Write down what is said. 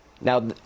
Now